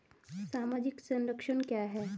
सामाजिक संरक्षण क्या है?